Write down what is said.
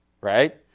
Right